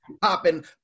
popping